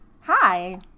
Hi